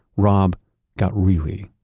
rob got really,